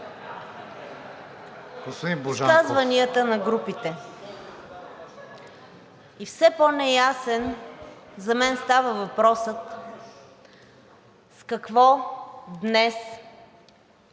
…изказванията на групите. И все по-неясен за мен става въпросът с какво днес